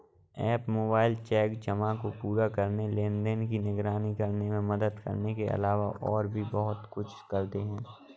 app mobile cheque जमा को पूरा करने, लेनदेन की निगरानी करने में मदद करने के अलावा और भी बहुत कुछ करते हैं